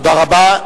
תודה רבה.